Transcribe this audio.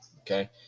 Okay